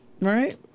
Right